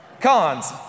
Cons